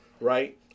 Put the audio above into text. right